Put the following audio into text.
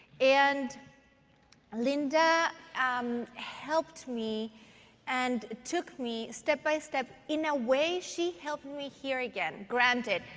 and linda um helped me and took me step by step. in a way, she helped me hear again. granted,